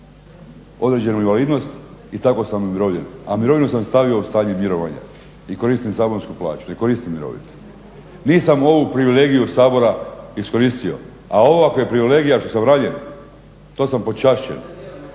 određenu invalidnost i tako sam umirovljen, a mirovinu sam stavio u stanje mirovanja i koristim saborsku plaću, ne koristim mirovinu. Nisam ovu privilegiju Sabora iskoristio, a ovo ako je privilegija što sam ranjen to sam počašćen.